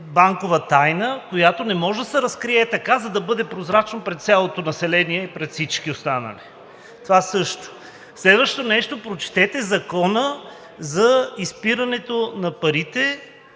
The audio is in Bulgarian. банкова тайна, която не може да се разкрие ей така, за да бъде прозрачна пред цялото население и пред всички останали. Следващото нещо, прочетете Закона за изпирането на парите,